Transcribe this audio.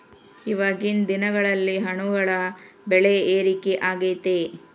ಇವಾಗಿನ್ ದಿನಗಳಲ್ಲಿ ಹಣ್ಣುಗಳ ಬೆಳೆ ಏರಿಕೆ ಆಗೈತೆ